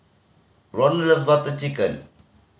love Butter Chicken